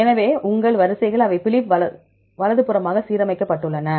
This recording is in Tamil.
எனவே இவை உங்கள் வரிசைகள் அவை பிலிப் வலதுபுறமாக சீரமைக்கப்பட்டுள்ளன